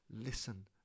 listen